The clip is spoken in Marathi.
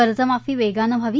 कर्जमाफी वेगानं व्हावी